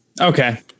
Okay